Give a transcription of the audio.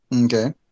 Okay